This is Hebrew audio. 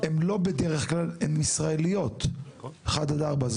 לא בדרך כלל , הן ישראליות, אחת עד ארבע.